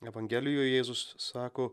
evangelijoj jėzus sako